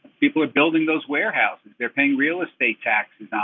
people are building those warehouses. they're paying real estate taxes on